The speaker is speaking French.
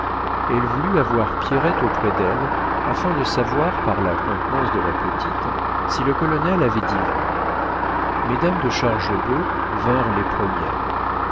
elle voulut avoir pierrette auprès d'elle afin de savoir par la contenance de la petite si le colonel avait dit vrai mesdames de chargebœuf vinrent les premières